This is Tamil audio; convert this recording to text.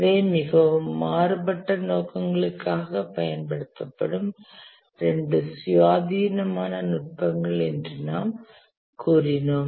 இவை மிகவும் மாறுபட்ட நோக்கங்களுக்காகப் பயன்படுத்தப்படும் இரண்டு சுயாதீனமான நுட்பங்கள் என்று நாம் கூறினோம்